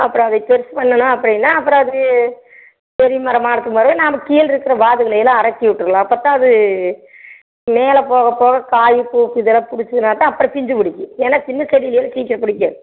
அப்புறம் அதை பெருசு பண்ணணும் அப்படின்னா அப்புறம் அது பெரிய மரமாக இருக்கும் போதே நாம் கீழ இருக்கிற வாதுகளை எல்லாம் அரக்கி விட்ரெல்லாம் பத்தாது மேலே போக போக காய் பூ இதெல்லாம் பிடிச்சிதுன்னாக்கா அப்புறம் பிஞ்சு பிடிக்கும் ஏன்னா சின்ன செடியிலேயே சீக்கிரம் பிடிக்கும்